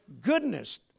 goodness